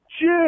Jim